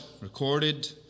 recorded